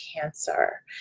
cancer